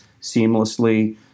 seamlessly